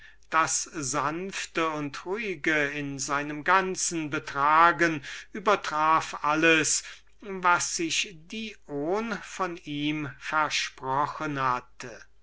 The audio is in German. das sanfte und ruhige in seinem ganzen betragen übertraf alles was sich dion von ihm versprochen hatte